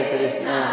Krishna